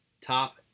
top